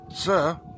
Sir